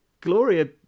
gloria